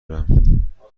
برم